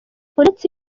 uretse